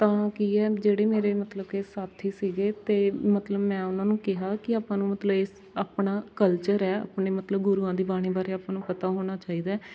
ਤਾਂ ਕੀ ਹੈ ਜਿਹੜੇ ਮੇਰੇ ਮਤਲਬ ਕਿ ਸਾਥੀ ਸੀਗੇ ਤਾਂ ਮਤਲਬ ਮੈਂ ਉਹਨਾਂ ਨੂੰ ਕਿਹਾ ਕਿ ਆਪਾਂ ਨੂੰ ਮਤਲਬ ਇਸ ਆਪਣਾ ਕਲਚਰ ਹੈ ਆਪਣੇ ਮਤਲਬ ਗੁਰੂਆਂ ਦੀ ਬਾਣੀ ਬਾਰੇ ਆਪਾਂ ਨੂੰ ਪਤਾ ਹੋਣਾ ਚਾਹੀਦਾ ਹੈ